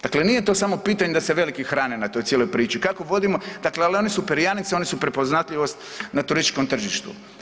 Dakle, nije to samo pitanje da se veliki hrane na toj cijeloj priči, kako vodimo, dakle ali oni su perjanice, oni su prepoznatljivost na turističkom tržištu.